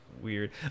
Weird